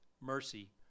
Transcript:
Mercy